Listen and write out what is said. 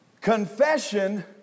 Confession